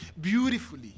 beautifully